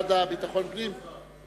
במשרד לביטחון פנים?